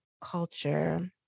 culture